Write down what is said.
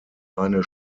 eine